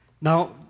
Now